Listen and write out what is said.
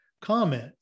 comment